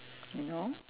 you know